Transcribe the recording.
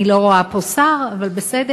אני לא רואה פה שר, אבל בסדר.